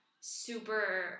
super